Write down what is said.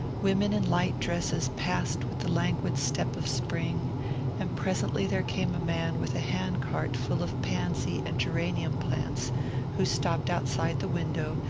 women in light dresses passed with the languid step of spring and presently there came a man with a hand-cart full of pansy and geranium plants who stopped outside the window,